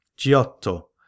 Giotto